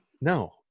no